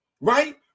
Right